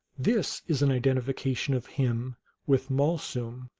this is an identification of him with malsum,